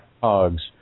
hogs